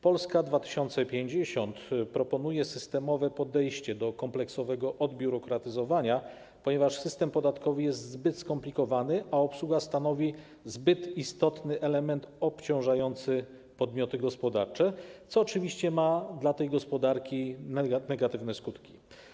Polska 2050 proponuje systemowe podejście do kompleksowego odbiurokratyzowania, ponieważ system podatkowy jest zbyt skomplikowany, a obsługa stanowi zbyt istotny element obciążający podmioty gospodarcze, co oczywiście ma dla tej gospodarki negatywne skutki.